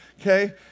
Okay